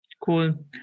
cool